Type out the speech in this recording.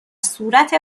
صورت